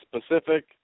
specific